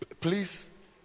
please